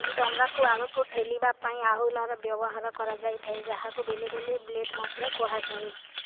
ଡଙ୍ଗାକୁ ଆଗକୁ ଠେଲିବା ପାଇଁ ଆହୁଲାର ବ୍ୟବହାର କରାଯାଇଥାଏ ଯାହାକୁ ବେଲେବେଲେ ବ୍ଲେଡ଼୍ ମଧ୍ୟ କୁହାଯାଏ